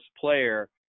player